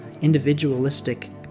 individualistic